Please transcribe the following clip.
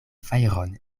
fajron